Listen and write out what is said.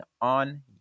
on